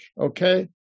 Okay